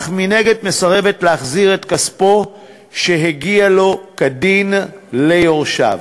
אך מנגד מסרבת להחזיר את כספו שהגיע כדין ליורשיו.